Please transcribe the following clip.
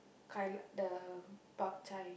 kai-la~ the bak chai